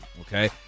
Okay